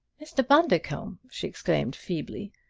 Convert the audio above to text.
mr. bundercombe! she exclaimed feebly.